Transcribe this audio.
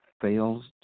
fails